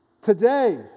Today